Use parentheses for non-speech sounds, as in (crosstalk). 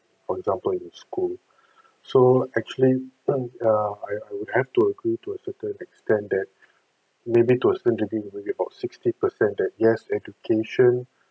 for example in school so actually (coughs) err I I would have to agree to a certain extent that maybe to a certain degree maybe about sixty percent that yes education